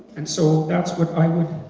and so that's what i would